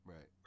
Right